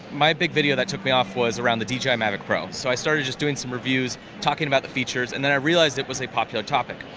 my big video that took me off, was around the dji dji mavic pro. so i started just doing some reviews, talking about the features, and then i realized it was a popular topic.